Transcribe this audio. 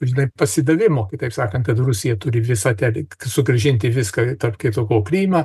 žinai pasidavimo kitaip sakant kad rusija turi visą sugrąžinti viską tarp kita ko krymą